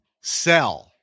sell